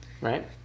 Right